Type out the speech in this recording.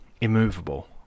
immovable